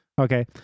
Okay